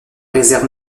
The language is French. réserve